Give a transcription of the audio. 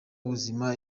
ubuzima